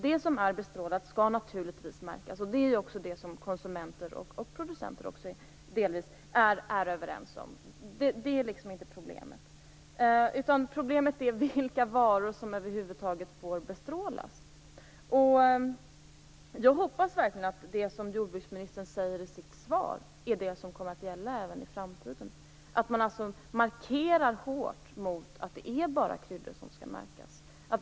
Det som är bestrålat skall naturligtvis märkas - det är konsumenter och delvis också producenter överens om. Det är inte det som är problemet, utan problemet är vilka varor som över huvud taget får bestrålas. Jag hoppas verkligen att det som jordbruksministern säger i sitt svar är det som kommer att gälla även i framtiden. Man måste markera hårt att det bara är kryddor som skall märkas.